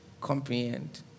comprehend